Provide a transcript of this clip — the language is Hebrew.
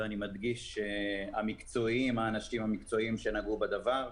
ואני מדגיש, האנשים המקצועיים שנגעו בדבר.